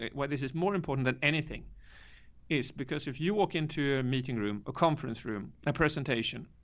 why this is more important than anything is because if you walk into a meeting room or conference room, that presentation.